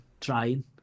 trying